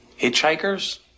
Hitchhikers